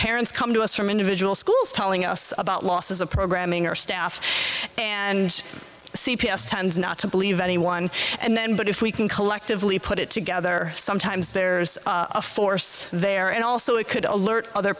parents come to us from individual schools telling us about losses of programming our staff and c p s to not to believe any one and then but if we can collectively put it together sometimes there's a force there and also it could alert other